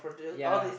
ya